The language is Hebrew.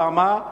למה?